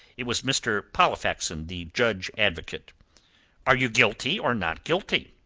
it was mr. pollexfen, the judge-advocate. are you guilty or not guilty?